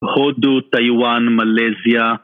הודו, טיואן, מלזיה